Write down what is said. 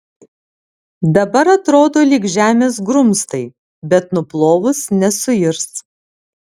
dabar atrodo lyg žemės grumstai bet nuplovus nesuirs